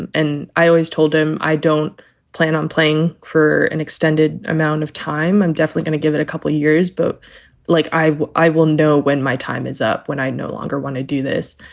and and i always always told him i don't plan on playing for an extended amount of time. i'm definitely gonna give it a couple of years. but like i i will know when my time is up, when i no longer want to do this.